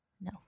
No